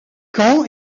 caen